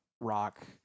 rock